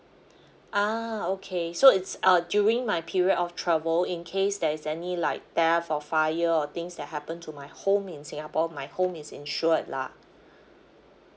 ah okay so it's uh during my period of travel in case there's any like theft or fire or things that happen to my home in singapore my home is insured lah